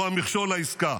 הוא המכשול לעסקה.